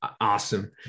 Awesome